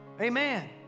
amen